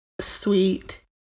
sweet